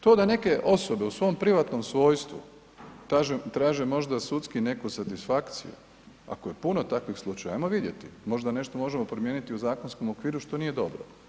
To da neke osobe u svom privatnom svojstvu traže možda sudski neku satisfakciju, ako je puno takvih slučajeva, ajmo vidjeti, možda nešto možemo promijeniti u zakonskom okviru što nije dobro.